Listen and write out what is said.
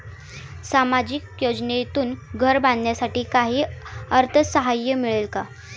सामाजिक योजनेतून घर बांधण्यासाठी काही अर्थसहाय्य मिळेल का?